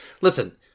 listen